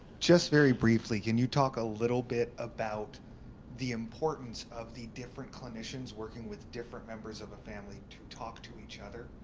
just very briefly can you talk a little bit about the importance of the different clinicians working with different members of a family to talk to each other,